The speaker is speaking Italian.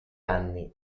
anni